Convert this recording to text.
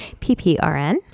PPRN